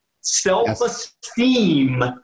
Self-Esteem